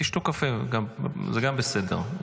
תשתו קפה, זה גם בסדר.